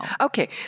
Okay